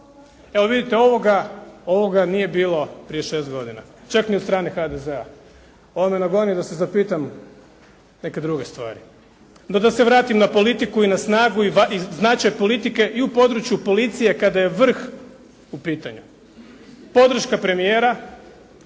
Evo vidite, ovoga nije bilo prije 6 godine čak ni od strane HDZ-a. Ovo me nagoni da se zapitam neke druge stvari. No da se vratim na politiku i na snagu i značaj politike i u području policije kada je vrh u pitanju. Podrška premijera